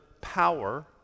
power